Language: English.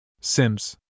Sims